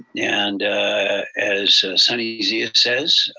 and as sunny zia says,